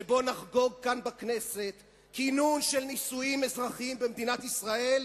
שבו נחגוג כאן בכנסת כינון נישואין אזרחיים במדינת ישראל,